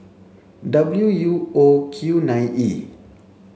W U O Q nine E